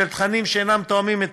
של תכנים שאינם תואמים את